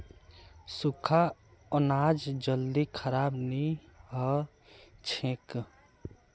सुख्खा अनाज जल्दी खराब नी हछेक